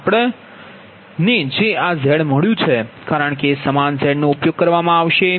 આપણ ને જે આ Z મળ્યું છે કારણ કે સમાન Z નો ઉપયોગ કરવામાં આવશે